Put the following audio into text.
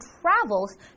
travels